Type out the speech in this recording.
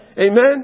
Amen